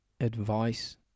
advice